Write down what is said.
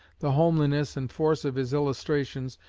the homeliness and force of his illustrations,